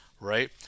right